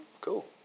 Cool